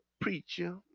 preacher